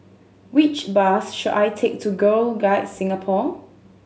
which bus should I take to Girl Guides Singapore